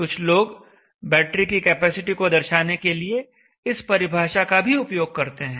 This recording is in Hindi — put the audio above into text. कुछ लोग बैटरी की कैपेसिटी को दर्शाने के लिए इस परिभाषा का भी उपयोग करते हैं